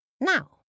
Now